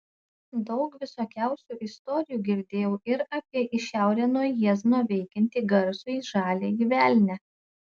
daug visokiausių istorijų girdėjau ir apie į šiaurę nuo jiezno veikiantį garsųjį žaliąjį velnią